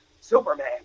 Superman